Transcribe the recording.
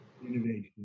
innovation